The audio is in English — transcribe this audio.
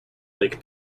like